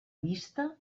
vista